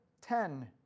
ten